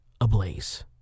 ablaze